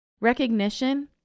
recognition